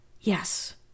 Yes